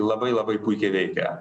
labai labai puikiai veikia